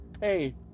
hey